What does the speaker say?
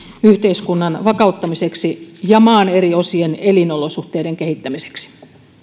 yhteiskunnan vakauttamiseksi ja maan eri osien elin olosuhteiden kehittämiseksi